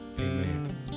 amen